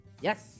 Yes